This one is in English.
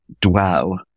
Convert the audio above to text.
dwell